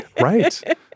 Right